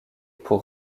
pour